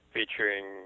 featuring